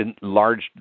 large